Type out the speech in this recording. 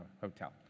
hotel